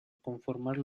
conformar